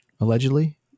allegedly